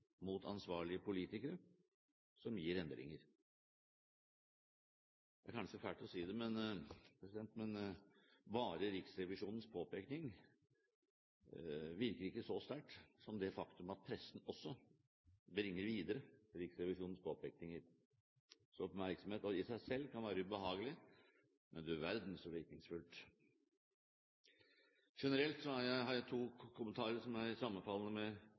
mot ansvarlige politikere, som gir endringer. Det er kanskje fælt å si det, men bare Riksrevisjonens påpekning virker ikke så sterkt som det faktum at pressen også bringer videre Riksrevisjonens påpekninger. Så oppmerksomhet i seg selv kan være ubehagelig, men du verden så virkningsfullt. Generelt har jeg to kommentarer som er sammenfallende med